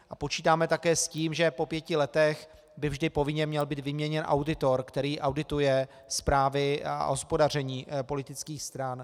A počítáme také s tím, že po pěti letech by vždy povinně měl být vyměněn auditor, který audituje zprávy o hospodaření politických stran.